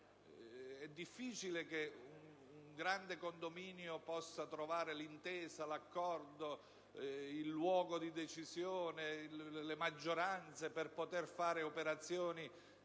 È difficile che un grande condominio possa trovare l'intesa, l'accordo, il luogo di decisione, le maggioranze per poter fare operazioni